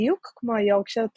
בדיוק כמו היורקשייר טרייר.